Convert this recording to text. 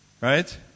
Right